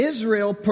Israel